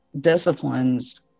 disciplines